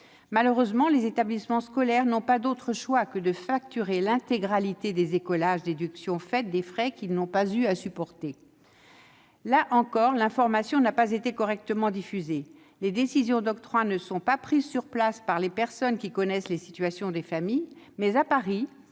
Malheureusement, les établissements scolaires n'ont pas d'autre choix que de facturer l'intégralité des écolages, déduction faite des frais n'ayant pas été supportés. Là aussi, l'information n'a pas été correctement diffusée. Les décisions d'octroi sont prises non pas sur place, par les personnes qui connaissent les situations des familles, mais à Paris,